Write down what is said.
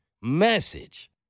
message